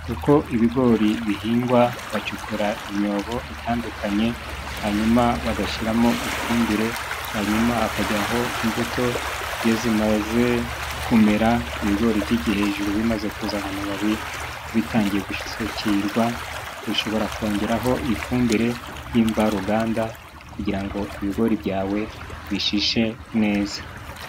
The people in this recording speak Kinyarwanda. Uko ibigori bihingwa bacukura imyobo , itandukanye hanyuma , bagashyiramo ifumbire , hanyuma hakajya aho imbuto iyo zimaze kumera ibigori byigiye hejuru bimaze kuzana amababi bitangiye gusukirwa ushobora kongeraho ifumbire ry'imvaruganda kugira ngo ibigori byawe bishishe neza.